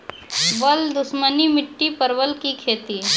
बल दुश्मनी मिट्टी परवल की खेती?